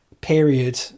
period